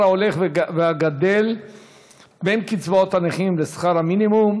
ההולך וגדל בין קצבאות הנכים לשכר המינימום,